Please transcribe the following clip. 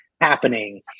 happening